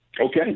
okay